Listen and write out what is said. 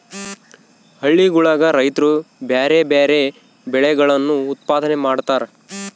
ಹಳ್ಳಿಗುಳಗ ರೈತ್ರು ಬ್ಯಾರೆ ಬ್ಯಾರೆ ಬೆಳೆಗಳನ್ನು ಉತ್ಪಾದನೆ ಮಾಡತಾರ